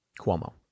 Cuomo